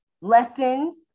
lessons